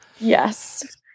Yes